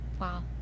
wow